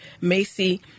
Macy